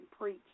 preach